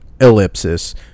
ellipsis